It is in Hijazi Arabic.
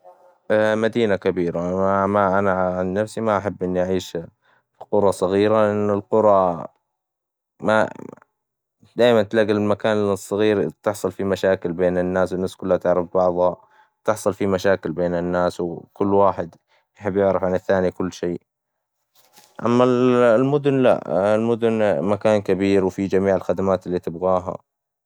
مدينة كبيرة، أنا ما- أنا عن نفسي ما أحب اعيش في قرى صغيرة، لأن القرى’ ما- ديماً تلاقي المكان الصغير تحصل فيه مشاكل بين الناسو والناس كلها تعرف بعظها، تحصل فيه مشاكل بين الناس، وكل واحد يحب يعرف عن الثاني كل شي، أما ال- المدن لا، المدن مكان كبير، وفيه جميع الخدمات إللي تبغاها.